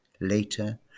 Later